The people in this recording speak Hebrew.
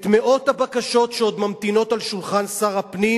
מאות הבקשות שעוד ממתינות על שולחן שר הפנים,